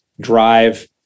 drive